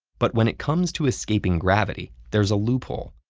but when it comes to escaping gravity, there's a loophole.